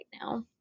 now